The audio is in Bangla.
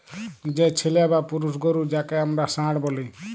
যে ছেলা বা পুরুষ গরু যাঁকে হামরা ষাঁড় ব্যলি